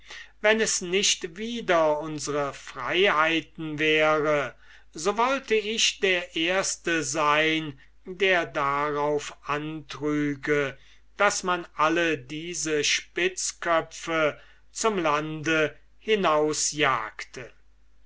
wenn es nicht wider unsre freiheiten wäre so wollt ich der erste sein der darauf antrüge daß man alle diese spitzköpfe zum lande